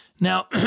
Now